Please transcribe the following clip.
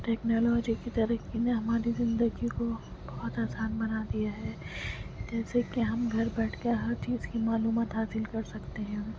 technology کی ترقی نے ہماری زندگی کو بہت آسان بنا دیا ہے جیسے کہ ہم گھر بیٹھ کر ہر چیز کی معلومات حاصل کر سکتے ہیں